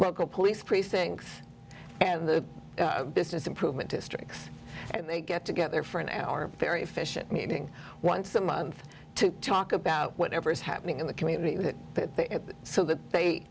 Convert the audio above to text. local police precinct and the business improvement district and they get together for an hour very efficient meeting once a month to talk about whatever is happening in the community that they so that they